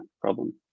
problem